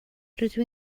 rydw